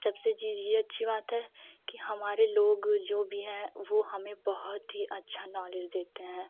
जब से जी जी अच्छी बात है की हमारे लोग जो भी है वह हमें बहुत ही अच्छा नॉलेज देते हैं